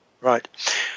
Right